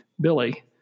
Billy